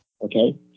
Okay